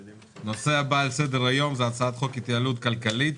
הנושא הבא על סדר היום: הצעת חוק התייעלות כלכלית,